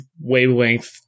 wavelength